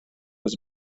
was